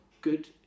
good